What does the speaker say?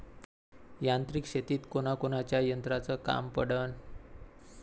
यांत्रिक शेतीत कोनकोनच्या यंत्राचं काम पडन?